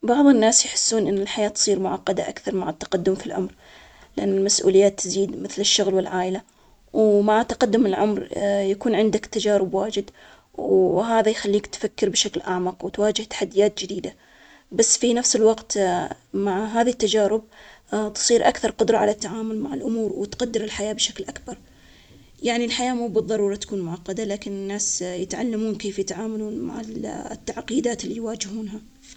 بعض الناس يحسون أن الحياة تصير معقدة أكثر مع التقدم في العمر، لأن المسؤولية تزيد مثل الشغل والعائلة، ومع تقدم العمر يكون عندك تجارب واجد، وهذا يخليك تفكر بشكل أعمق، وتواجه تحديات جديدة، بس في نفس الوقت مع هذه التجارب تصير أكثر قدرة على التعامل مع الأمور، وتقدر الحياة بشكل أكبر، يعني الحياة مو بالضرورة تكون معقدة، لكن الناس يتعلمون كيف يتعاملون مع التعقيدات اللي يواجهونها؟